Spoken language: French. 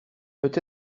peut